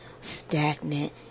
stagnant